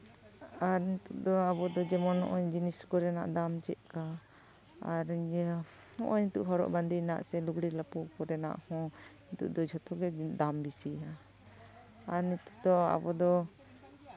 ᱟᱨ ᱫᱚ ᱟᱵᱚ ᱫᱚ ᱡᱮᱢᱚᱱ ᱱᱚᱜᱼᱚᱭ ᱡᱤᱱᱤᱥ ᱠᱚᱨᱮᱱᱟᱜ ᱫᱟᱢ ᱪᱮᱫᱠᱟ ᱟᱨ ᱤᱭᱟᱹ ᱱᱚᱜᱼᱚᱭ ᱱᱤᱛᱚᱜ ᱵᱟᱸᱫᱮᱱᱟᱜ ᱥᱮ ᱞᱩᱜᱽᱲᱤᱡ ᱞᱟᱯᱚᱜ ᱠᱚᱨᱮᱱᱟᱜ ᱦᱚᱸ ᱱᱤᱛᱚᱜ ᱫᱚ ᱡᱷᱚᱛᱚ ᱜᱮ ᱫᱟᱢ ᱵᱮᱥᱤᱭᱮᱱᱟ ᱟᱨ ᱱᱤᱛᱚᱜ ᱫᱚ ᱟᱵᱚ ᱫᱚ